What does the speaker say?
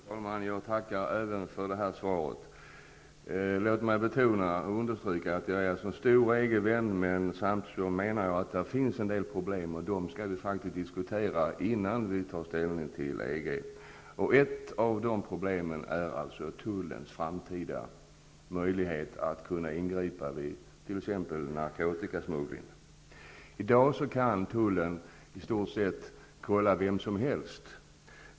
Herr talman! Jag tackar även för detta svar. Låt mig understryka att jag är en stor EG-vän. Men samtidigt finns det en del problem, och de skall vi diskutera innan vi tar ställning till EG. Ett av de problemen är tullens framtida möjlighet att kunna ingripa vid t.ex. narkotikasmuggling. I dag kan tullen i stort sett kontrollera vem som helst.